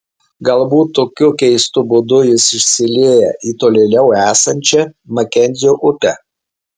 galbūt tokiu keistu būdu jis išsilieja į tolėliau esančią makenzio upę